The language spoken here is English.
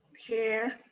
here.